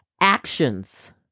Actions